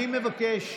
אני מבקש,